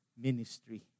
ministry